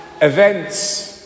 Events